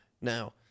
Now